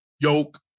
Yoke